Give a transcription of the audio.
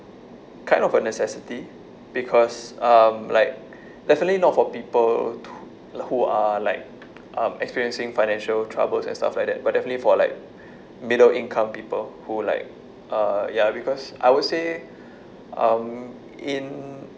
kind of a necessity because um like definitely not for people who are like um experiencing financial troubles and stuff like that but definitely for like middle income people who like uh ya because I would say um in